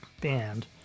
band